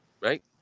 right